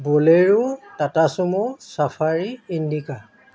bolero Tata sumo safari Indica